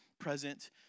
present